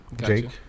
Jake